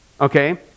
okay